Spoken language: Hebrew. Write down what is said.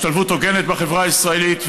השתלבות הוגנת בחברה הישראלית,